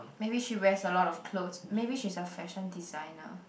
maybe she wears a lot of clothes maybe she's a fashion designer